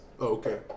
Okay